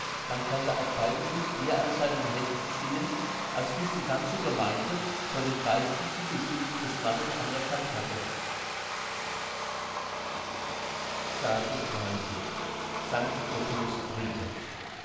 man konnte auch beides nicht eher aus seinen händen ziehen als bis die ganze gemeinde vor dem geistlichen die sünde des mannes anerkannt hatte